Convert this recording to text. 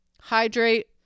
hydrate